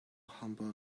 humble